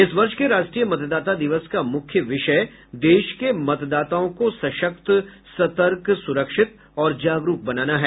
इस वर्ष के राष्ट्रीय मतदाता दिवस का मुख्य विषय देश के मतदाताओं को सशक्त सतर्क सुरक्षित और जागरूक बनाना है